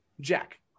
Jack